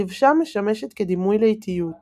הדבשה משמשת כדימוי לאיטיות